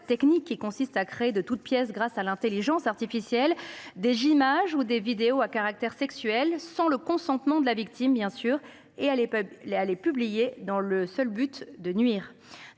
technique, qui consiste à créer de toutes pièces, grâce à l’intelligence artificielle, des images ou des vidéos à caractère sexuel, sans le consentement de la victime, bien sûr, et à les publier dans le seul but de nuire.